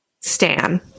Stan